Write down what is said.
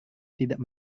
tidak